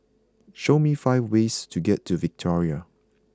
show me five ways to get to Victoria